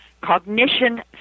cognition